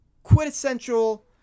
quintessential